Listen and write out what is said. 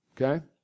okay